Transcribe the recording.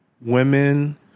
women